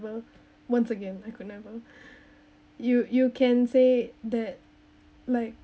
once again I could never you you can say that like